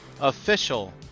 official